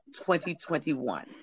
2021